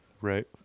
Right